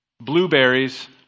blueberries